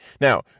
Now